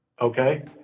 Okay